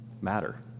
matter